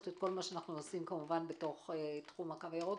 את כל מה שאנו עושים בתחום הקו הירוק,